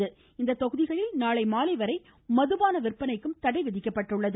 அதேபோல் இத்தொகுதிகளில் நாளை மாலை வரை மதுபான விற்பனைக்கும் தடைவிதிக்கப்பட்டுள்ளது